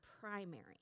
primary